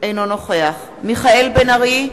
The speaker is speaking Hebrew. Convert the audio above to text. אינו נוכח מיכאל בן-ארי,